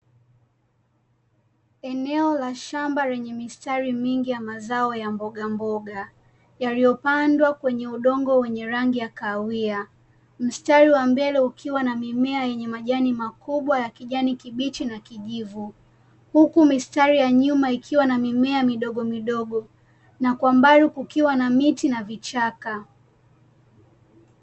Eneo la shamba lenye mistari mingi ya mazao ya mbogamboga, yaliyopandwa kwenye udongo wenye rangi ya kahawia. Mstari wa mbele ukiwa na mimea yenye majani makubwa ya kijani kibichi na kijivu huku mistari ya nyuma ikiwa na mimea midogo midogo na kwa mbali kukiwa na miti na vichaka.